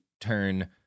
turn